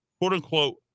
quote-unquote